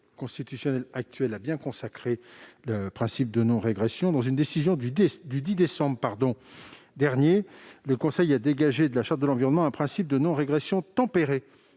constitutionnel consacre déjà le principe de non-régression. Dans une décision du 10 décembre dernier, le Conseil a ainsi dégagé de la Charte de l'environnement un principe de non-régression tempéré